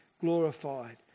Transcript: glorified